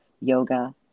yoga